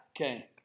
Okay